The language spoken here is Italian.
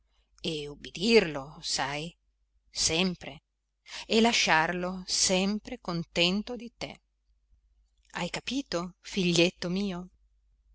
e ubbidirlo sai sempre e lasciarlo sempre contento di te hai capito figlietto mio